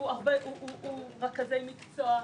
- הוא רכזי מקצוע,